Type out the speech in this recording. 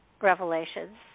revelations